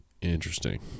Interesting